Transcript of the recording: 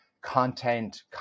content